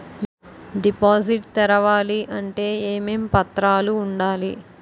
Deposit తెరవాలి అంటే ఏమేం పత్రాలు ఉండాలి?